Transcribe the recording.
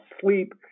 sleep